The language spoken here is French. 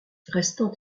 restant